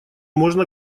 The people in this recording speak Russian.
можно